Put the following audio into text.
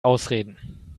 ausreden